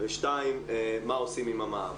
שתיים - מה עושים עם המע"מ.